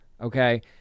okay